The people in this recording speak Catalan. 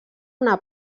una